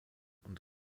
und